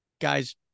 guys